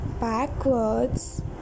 backwards